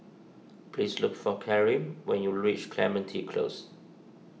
please look for Kareem when you reach Clementi Close